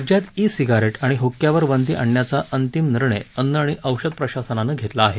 राज्यात e cigarette आणि हक्क्यावर बंदी आणण्याचा अंतिम निर्णय अन्न आणि औषध प्रशासनानं घेतला आहे